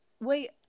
Wait